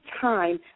time